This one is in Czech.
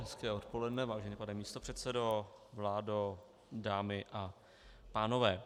Hezké odpoledne, vážený pane místopředsedo, vládo, dámy a pánové.